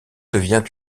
devient